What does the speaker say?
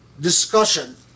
discussion